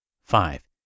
Five